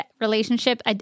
relationship